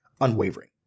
unwavering